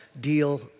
deal